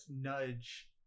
nudge